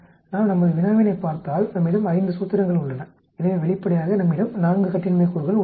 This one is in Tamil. நாம் நமது வினாவினைப் பார்த்தால் நம்மிடம் 5 சூத்திரங்கள் உள்ளன எனவே வெளிப்படையாக நம்மிடம் 4 கட்டின்மை கூறுகள் உள்ளன